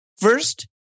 first